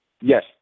Yes